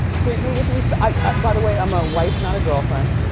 treat me with resp by the why, i'm a wife, not a girlfriend.